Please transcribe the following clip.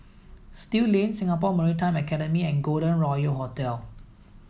Still Lane Singapore Maritime Academy and Golden Royal Hotel